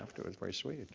to it's very sweet.